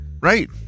Right